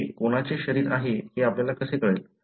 ते कोणाचे शरीर आहे हे आपल्याला कसे कळेल